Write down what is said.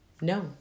No